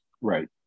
Right